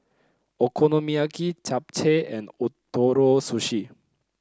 Okonomiyaki Japchae and Ootoro Sushi